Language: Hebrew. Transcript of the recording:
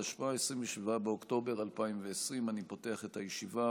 התשפ"א, 27 באוקטובר 2020. אני פותח את הישיבה.